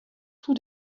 two